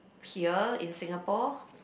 here in Singapore